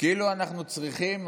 כאילו אנחנו צריכים,